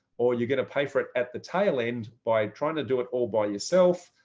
are you gonna pay for it at the tail end by trying to do it all by yourself,